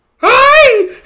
Hi